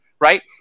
right